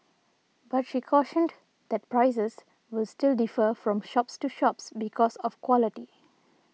but she cautioned that prices will still defer from shops to shops because of quality